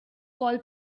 call